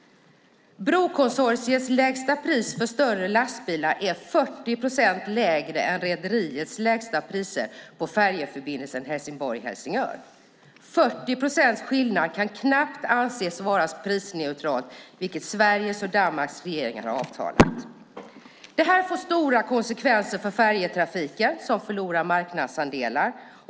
Brokonsortiets lägsta pris för större lastbilar är 40 procent lägre än rederiets lägsta priser på färjeförbindelsen Helsingborg-Helsingör. 40 procents skillnad kan knappt anses vara prisneutralt, vilket Sveriges och Danmarks regeringar har avtalat. Det här får stora konsekvenser för färjetrafiken som förlorar marknadsandelar.